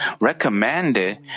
recommended